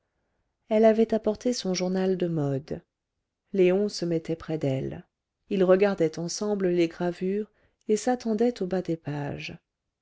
elle avait apporté son journal de modes léon se mettait près d'elle ils regardaient ensemble les gravures et s'attendaient au bas des pages